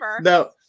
No